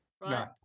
right